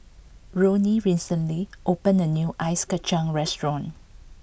Roni recently opened a new Ice Kachang Restaurant